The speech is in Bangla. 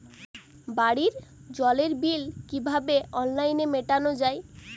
বাড়ির জলের বিল কিভাবে অনলাইনে মেটানো যায়?